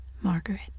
Margaret